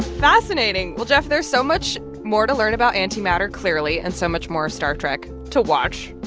fascinating. well, geoff, there's so much more to learn about antimatter, clearly, and so much more star trek to watch.